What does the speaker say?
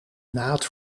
naad